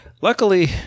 luckily